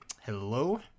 hello